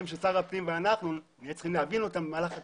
ששר הפנים ואנחנו נצטרך להבין אותם במהלך התקופה: